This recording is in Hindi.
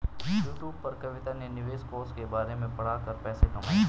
यूट्यूब पर कविता ने निवेश कोष के बारे में पढ़ा कर पैसे कमाए